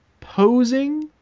Posing